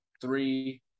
three